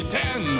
ten